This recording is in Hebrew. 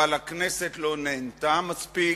אבל הכנסת לא נענתה מספיק.